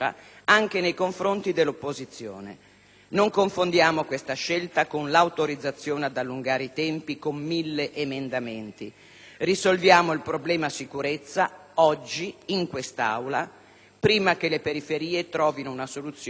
Non confondiamo questa scelta con l'autorizzazione ad allungare i tempi con mille emendamenti. Risolviamo il problema sicurezza oggi, in quest'Aula, prima che le periferie trovino una soluzione per conto loro.